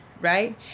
right